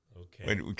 Okay